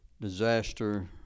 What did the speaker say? disaster